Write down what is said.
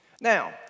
Now